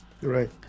Right